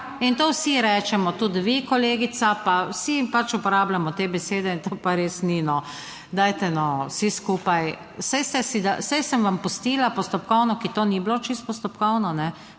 In to vsi rečemo, tudi vi, kolegica, pa vsi pač uporabljamo te besede in to pa res ni, no. Dajte no, vsi skupaj. Saj sem vam pustila postopkovno, ker to ni bilo čisto postopkovno, ne,